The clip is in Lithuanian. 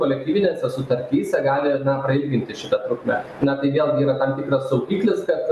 kolektyvinėse sutartyse gali na prailginti šitą trukmę na tai vėlgi yra tam tikras saugiklis kad